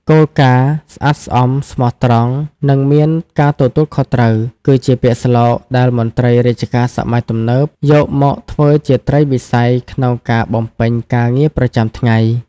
គោលការណ៍ "ស្អាតស្អំ ស្មោះត្រង់ និងមានការទទួលខុសត្រូវ" គឺជាពាក្យស្លោកដែលមន្ត្រីរាជការសម័យទំនើបយកមកធ្វើជាត្រីវិស័យក្នុងការបំពេញការងារប្រចាំថ្ងៃ។